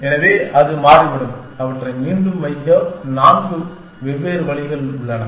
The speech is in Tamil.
எனவே அது மாறிவிடும் அவற்றை மீண்டும் வைக்க நான்கு வெவ்வேறு வழிகள் உள்ளன